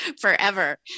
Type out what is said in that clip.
forever